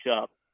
up